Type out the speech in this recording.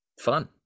Fun